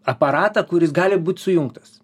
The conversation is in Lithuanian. aparatą kuris gali būt sujungtas